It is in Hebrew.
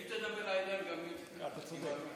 אם תדבר לעניין, גם לך היא לא תפריע.